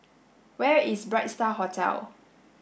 where is Bright Star Hotel